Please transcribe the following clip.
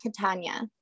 Catania